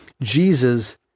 Jesus